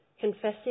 Confessing